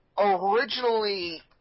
originally